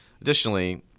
Additionally